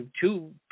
two